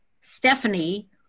Stephanie